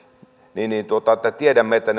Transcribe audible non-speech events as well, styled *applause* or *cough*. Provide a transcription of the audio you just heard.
tiedämme että *unintelligible*